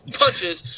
punches